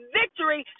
victory